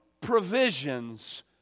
provisions